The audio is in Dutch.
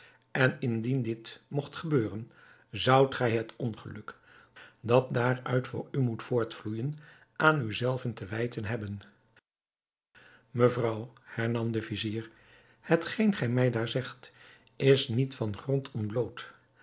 en indien dit mogt gebeuren zoudt gij het ongeluk dat daaruit voor u moet voortvloeijen aan u zelven te wijten hebben mevrouw hernam de vizier hetgeen gij mij daar zegt is niet van grond ontbloot